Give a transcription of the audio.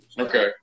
Okay